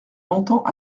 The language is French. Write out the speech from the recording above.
longtemps